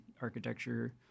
architecture